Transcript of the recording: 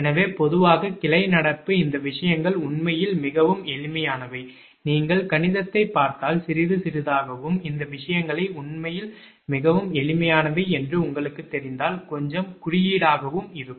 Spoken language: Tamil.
எனவே பொதுவாக கிளை நடப்பு இந்த விஷயங்கள் உண்மையில் மிகவும் எளிமையானவை நீங்கள் கணிதத்தைப் பார்த்தால் சிறிது சிறிதாகவும் இந்த விஷயங்கள் உண்மையில் மிகவும் எளிமையானவை என்று உங்களுக்குத் தெரிந்தால் கொஞ்சம் குறியீடாகவும் இருக்கும்